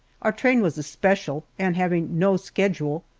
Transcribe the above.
our train was a special, and having no schedule,